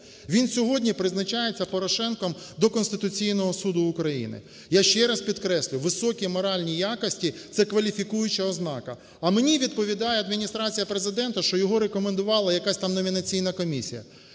він сьогодні призначається Порошенком до Конституційного Суду України. Я ще раз підкреслюю, високі моральні якості – це кваліфікуюча ознака. А мені відповідає Адміністрація Президента, що його рекомендувала якась тамномінаційна комісія.